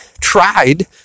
tried